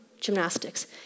gymnastics